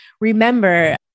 remember